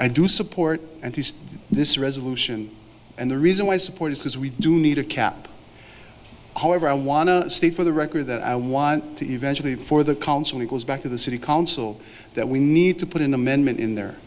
i do support this resolution and the reason why i support is because we do need a cap however i want to state for the record that i want to eventually for the council goes back to the city council that we need to put an amendment in there